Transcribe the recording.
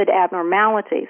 abnormalities